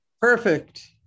Perfect